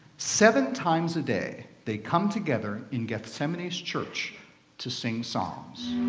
seven times a day, they come together in gethsemani's church to sing psalms.